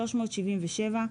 377,